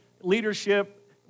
leadership